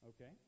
Okay